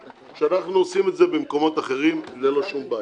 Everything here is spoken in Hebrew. שאנחנו עושים את זה במקומות אחרים ללא שום בעיה.